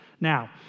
Now